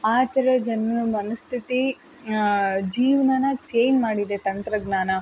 ಆ ಥರ ಜನರ ಮನಸ್ಥಿತಿ ಜೀವನನ ಚೇಂಜ್ ಮಾಡಿದೆ ತಂತ್ರಜ್ಞಾನ